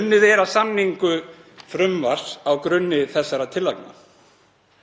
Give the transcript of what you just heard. Unnið er að samningu frumvarps á grunni þessara tillagna.